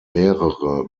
mehrere